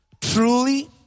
Truly